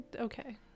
okay